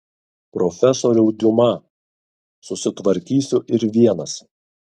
profesoriau diuma susitvarkysiu ir vienas